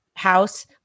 House